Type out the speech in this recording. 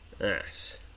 Yes